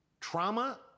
Trauma